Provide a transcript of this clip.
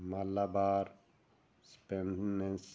Malabar spinach